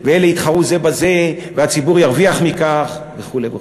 אלה יתחרו זה בזה והציבור ירוויח מכך וכדומה.